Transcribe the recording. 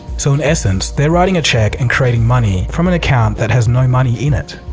so, in essence, they're writing a check and creating money from an account that has no money in it.